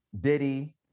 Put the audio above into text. Diddy